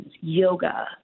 yoga